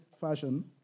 fashion